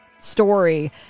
Story